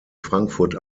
frankfurt